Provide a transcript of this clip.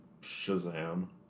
Shazam